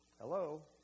Hello